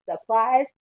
supplies